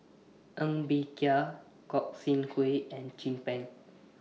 Ng Bee Kia Gog Sing Hooi and Chin Peng